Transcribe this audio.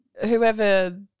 Whoever